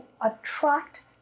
attract